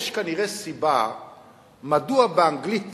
יש כנראה סיבה מדוע באנגלית